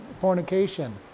fornication